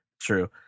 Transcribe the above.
True